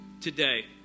today